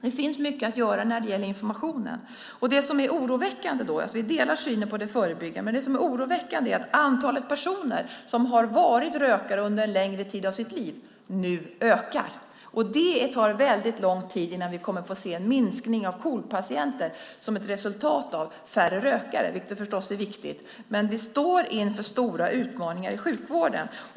Det finns mycket att göra när det gäller informationen. Vi delar synen på det förebyggande, men det som är oroväckande är att antalet personer som har varit rökare under en längre tid av sitt liv nu ökar. Det tar väldigt lång tid innan vi kommer att få se en minskning av KOL-patienter som ett resultat av färre rökare, vilket förstås är viktigt. Men vi står inför stora utmaningar i sjukvården.